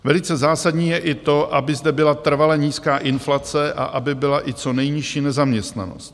Velice zásadní je i to, aby zde byla trvale nízká inflace a aby byla i co nejnižší nezaměstnanost.